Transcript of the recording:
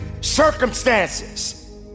circumstances